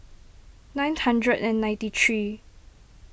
nine hundred and ninety three